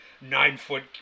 nine-foot